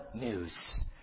news